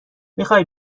میخای